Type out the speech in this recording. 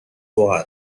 one